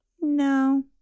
No